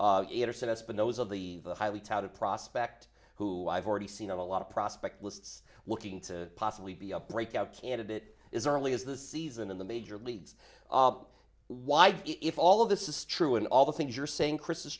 eight or so that's been those of the highly touted prospect who i've already seen a lot of prospect lists looking to possibly be a breakout candidate is early as the season in the major leagues why do all of this is true and all the things you're saying chris is